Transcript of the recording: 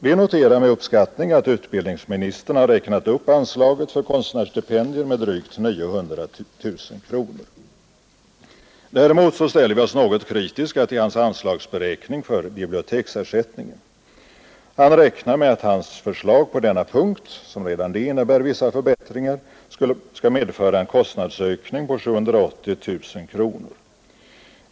Vi noterar med uppskattning att utbildningsministern har räknat upp anslaget till konstnärsstipendier med drygt 900 000 kronor. Däremot ställer vi oss något kritiska till hans anslagsberäkning för biblioteksersättningen. Han räknar med att hans förslag på denna punkt, som redan det innebär vissa förbättringar, skall medföra en kostnadsökning på 780000 kronor.